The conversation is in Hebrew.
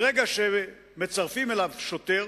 ברגע שמצרפים שוטר